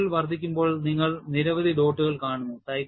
cycle വർദ്ധിക്കുമ്പോൾ നിങ്ങൾ നിരവധി ഡോട്ടുകൾ കാണുന്നു